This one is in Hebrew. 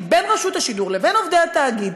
בין רשות השידור לבין עובדי התאגיד,